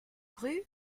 rue